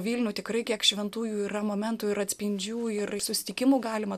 vilnių tikrai kiek šventųjų yra momentų ir atspindžių ir susitikimų galima